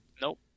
Nope